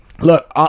Look